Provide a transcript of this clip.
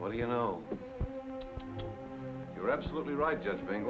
well you know you're absolutely right just